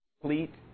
complete